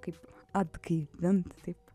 kaip atgaivint taip